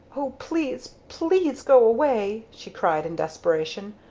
o please please! go away! she cried in desperation.